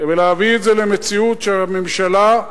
ולהביא את זה למציאות שהממשלה,